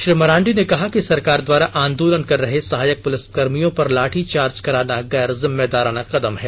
श्री मरांडी ने कहा कि सरकार द्वारा आंदोलन कर रहे सहायक पुलिसकर्मियों पर लाठी चार्ज कराना गैर जिम्मेदाराना कदम है